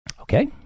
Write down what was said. Okay